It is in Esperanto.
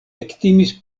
ektimis